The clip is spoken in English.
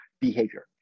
behavior